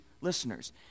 listeners